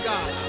God